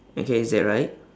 okay is that right